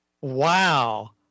Wow